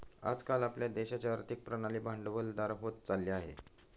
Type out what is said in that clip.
आज काल आपल्या देशाची आर्थिक प्रणाली भांडवलदार होत चालली आहे